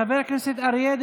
אה, סליחה.